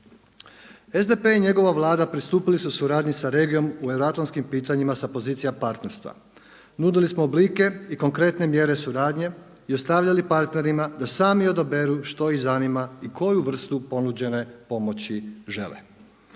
SDP i njegova vlada pristupili su suradnji sa regijom u euroatlantskim pitanjima sa pozicija partnerstva nudili smo oblike i konkretne mjere suradnje i ostavljali partnerima da sami odaberu što ih zanima i koju vrstu ponuđene pomoći žele.